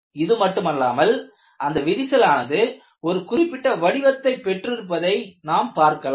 இதுமட்டுமல்லாமல் அந்த விரிசல் ஆனது ஒரு குறிப்பிட்ட வடிவத்தை பெற்றிருப்பதை நாம் பார்க்கலாம்